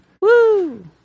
Woo